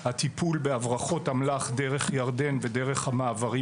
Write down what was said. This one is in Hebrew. הטיפול בהברחות אמל״ח דרך ירדן ודרך המעברים